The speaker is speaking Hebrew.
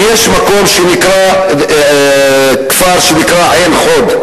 ויש כפר שנקרא עין-חוד.